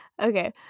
Okay